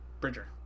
Bridger